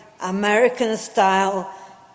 American-style